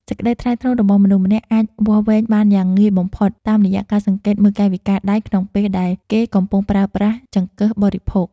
សេចក្តីថ្លៃថ្នូររបស់មនុស្សម្នាក់អាចវាស់វែងបានយ៉ាងងាយបំផុតតាមរយៈការសង្កេតមើលកាយវិការដៃក្នុងពេលដែលគេកំពុងប្រើប្រាស់ចង្កឹះបរិភោគ។